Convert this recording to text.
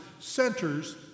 centers